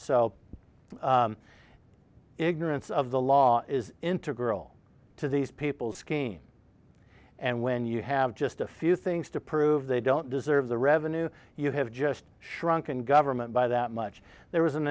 ignorance of the law is integral to these people's gain and when you have just a few things to prove they don't deserve the revenue you have just shrunken government by that much there was an